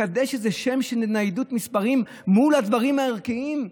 לקדש איזה שם של התניידות מספרים מול הדברים הערכיים?